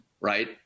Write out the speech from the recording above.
right